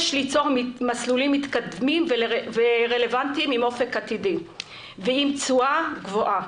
יש ליצור מסלולים מתקדמים ורלוונטיים עם אופק עתידי ועם תשואה גבוה.